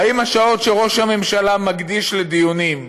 האם השעות שראש הממשלה מקדיש לדיונים,